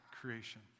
creation